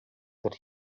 that